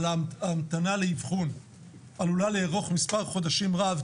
ההמתנה לאבחון עלולה לערוך מספר חודשים רב.